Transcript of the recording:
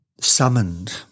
summoned